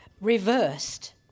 reversed